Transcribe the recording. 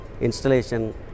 installation